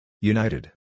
United